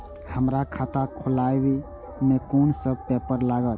हमरा खाता खोलाबई में कुन सब पेपर लागत?